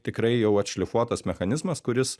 tikrai jau atšlifuotas mechanizmas kuris